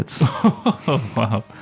Wow